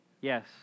Yes